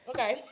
Okay